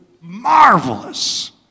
marvelous